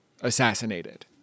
assassinated